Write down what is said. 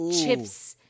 chips